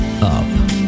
up